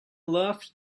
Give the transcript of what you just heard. loved